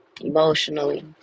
emotionally